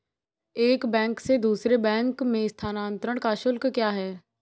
एक बैंक से दूसरे बैंक में स्थानांतरण का शुल्क क्या है?